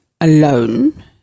alone